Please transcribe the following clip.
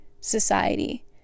society